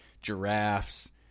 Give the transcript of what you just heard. giraffes